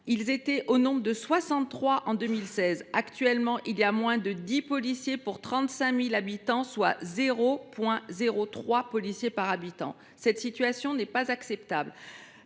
qui étaient au nombre de 63 en 2016, sont actuellement moins de 10 pour 35 000 habitants, soit 0,03 policier par habitant ! Cette situation n’est pas acceptable.